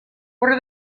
are